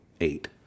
eight